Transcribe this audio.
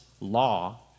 law